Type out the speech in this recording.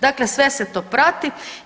Dakle, sve se to prati.